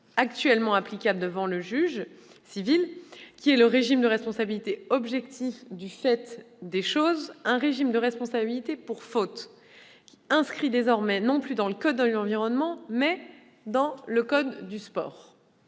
actuellement applicable devant le juge civil, qui est le régime de responsabilité objective du fait des choses, un régime de responsabilité pour faute, inscrit désormais non plus dans le code de l'environnement, mais dans le code du sport.